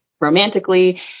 romantically